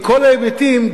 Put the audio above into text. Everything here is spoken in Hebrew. מכל ההיבטים,